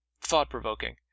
thought-provoking